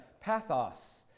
pathos